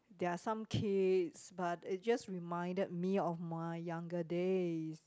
there are some kids but it just reminded me of my younger day